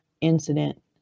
incident